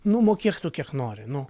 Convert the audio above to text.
nu mokėk tu kiek nori nu